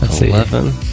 Eleven